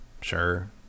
Sure